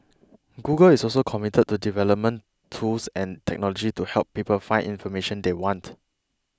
Google is also committed to development tools and technology to help people find information they want